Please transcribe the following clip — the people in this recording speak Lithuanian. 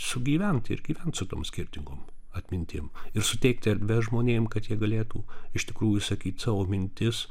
sugyvent ir gyvent su tom skirtingom atmintim ir suteikti erdves žmonėm kad jie galėtų iš tikrųjų išsakyti savo mintis